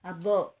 అబ్బో